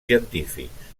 científics